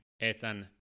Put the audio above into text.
Ethan